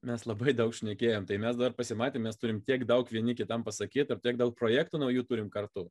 mes labai daug šnekėjom tai mes dar pasimatę turime tiek daug vieni kitam pasakyti ir tiek daug projektų naujų turim kartu